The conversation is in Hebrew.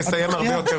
אפשר לא להפריע לי?